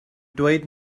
dweud